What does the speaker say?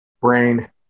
Brain